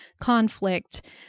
conflict